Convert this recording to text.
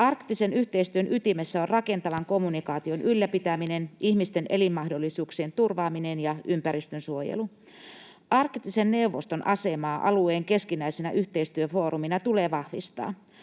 Arktisen yhteistyön ytimessä ovat rakentavan kommunikaation ylläpitäminen, ihmisten elinmahdollisuuksien turvaaminen ja ympäristönsuojelu. Arktisen neuvoston asemaa alueen keskinäisenä yhteistyöfoorumina tulee vahvistaa.